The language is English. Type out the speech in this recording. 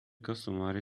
customary